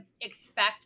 expect